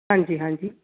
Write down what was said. ਹਾਂਜੀ ਹਾਂਜੀ